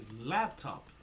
laptop